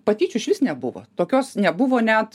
patyčių išvis nebuvo tokios nebuvo net